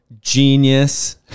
genius